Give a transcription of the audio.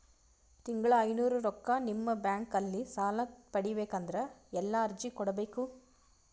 ತಿಂಗಳ ಐನೂರು ರೊಕ್ಕ ನಿಮ್ಮ ಬ್ಯಾಂಕ್ ಅಲ್ಲಿ ಸಾಲ ಪಡಿಬೇಕಂದರ ಎಲ್ಲ ಅರ್ಜಿ ಕೊಡಬೇಕು?